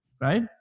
right